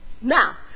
Now